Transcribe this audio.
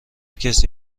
کسی